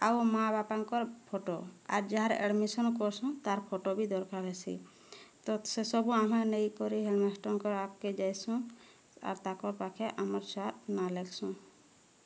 ଆଉ ମା ବାପାଙ୍କର ଫଟୋ ଆର୍ ଯାହାର ଆଡ଼ମିଶନ କରସୁଁ ତାର୍ ଫଟୋ ବି ଦରକାର୍ ହେସି ତ ସେସବୁ ଆମେ ନେଇକରି ହେଡ଼ମାଷ୍ଟରକଁର ଆଗ୍କେ ଯାଏସୁଁ ଆର୍ ତାହାକଁର ପାଖେ ଆମର୍ ଛୁଆର୍ ନାଁ ଲେଖସୁଁ